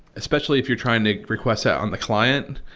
especially if you're trying to request it on the client.